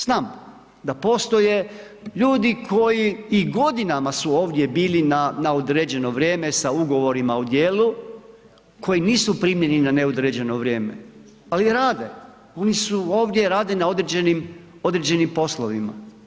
Znam da postoje ljudi koji i godinama su ovdje bili na određeno vrijeme sa ugovorima o djelu koji nisu primljeni na neodređeno vrijeme, ali rade, oni su ovdje rade na određenim, određenim poslovima.